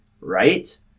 right